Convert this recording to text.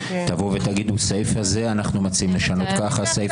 תבואו ותגידו שבסעיף כזה אנחנו מציעים לשנות ובסעיף